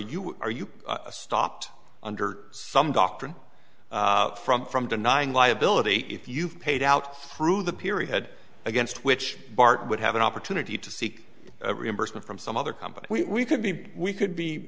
you are you stopped under some doctrine from from denying liability if you've paid out through the period head against which bart would have an opportunity to seek reimbursement from some other company we could be we could be